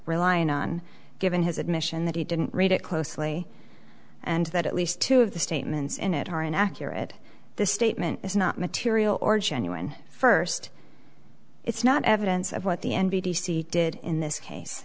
relying on given his admission that he didn't read it closely and that at least two of the statements in it are inaccurate the statement is not material or genuine first it's not evidence of what the n b c did in this case